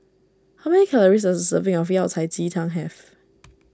how many calories does a serving of Yao Cai Ji Tang have